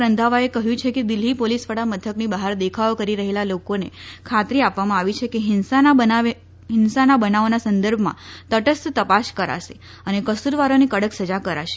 રંધાવાએ ક્રંચું છે કે દિલ્હી પોલીસ વડા મથકની બહાર દેખાવો કરી રહેલા લોકોને ખાતરી આપવામાં આવી છે કે હિંસાના બનાવોના સંદર્ભમાં તટસ્થ તપાસ કરાશે અને કસુરવારોને કડક સજા કરાશે